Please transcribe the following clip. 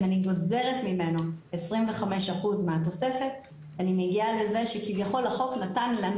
אם אני גוזרת ממנו 25% מהתוספת אני מגיעה לזה שכביכול החוק נתן לנו,